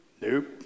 Nope